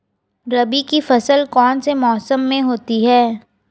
रबी की फसल कौन से मौसम में होती है?